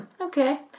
okay